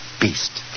beast